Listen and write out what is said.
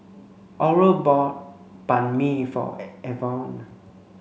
Oral bought Banh Mi for Evonne